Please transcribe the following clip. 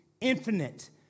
infinite